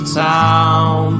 town